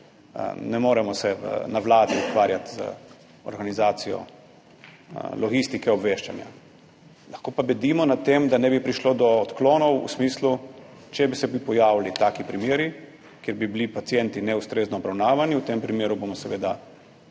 Ne moremo se na Vladi ukvarjati z organizacijo logistike obveščanja, lahko pa bdimo nad tem, da ne bi prišlo do odklonov v smislu, če bi se pojavili taki primeri, kjer bi bili pacienti neustrezno obravnavani. V tem primeru bomo seveda